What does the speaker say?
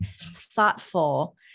thoughtful